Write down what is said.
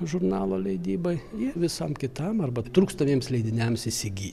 žurnalo leidybai i visam kitam arba trūkstamiems leidiniams įsigy